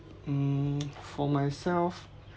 mm for myself